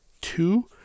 two